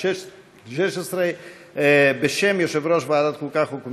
התשע"ז 2016. בשם יושב-ראש ועדת החוקה,